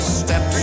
step